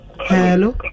Hello